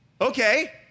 Okay